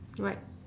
what